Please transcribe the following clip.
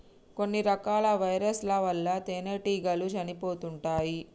కొన్ని రకాల వైరస్ ల వల్ల తేనెటీగలు చనిపోతుంటాయ్